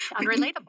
Unrelatable